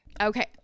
Okay